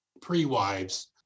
pre-wives